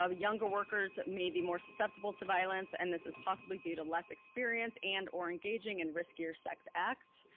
ah younger workers may be more susceptible to violence, and this is possibly due to less experience and or engaging in riskier sex acts.